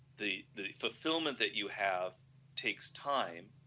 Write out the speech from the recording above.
the the fulfilment that you have takes time,